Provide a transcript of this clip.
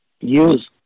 use